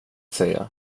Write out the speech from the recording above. säga